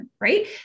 right